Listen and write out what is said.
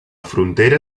frontera